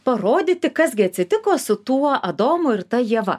parodyti kas gi atsitiko su tuo adomui ir ta ieva